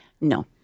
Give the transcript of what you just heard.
No